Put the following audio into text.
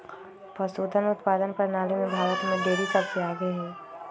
पशुधन उत्पादन प्रणाली में भारत में डेरी सबसे आगे हई